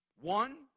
One